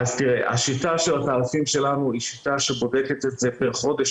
השיטה של התעריפים שלנו היא שיטה שבודקת את זה פר חודש,